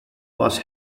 was